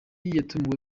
yatumiwe